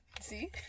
see